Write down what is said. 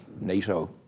NATO